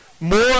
more